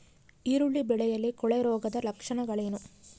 ಈರುಳ್ಳಿ ಬೆಳೆಯಲ್ಲಿ ಕೊಳೆರೋಗದ ಲಕ್ಷಣಗಳೇನು?